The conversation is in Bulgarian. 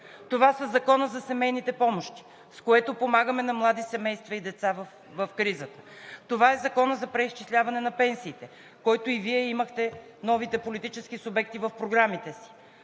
Това са: Законът за семейните помощи, с което помагаме на млади семейства и деца в кризата; Законът за преизчисляване на пенсиите, който и Вие – новите политически субекти, имахте в програмите си.